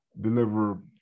deliver